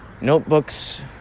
notebooks